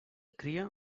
cria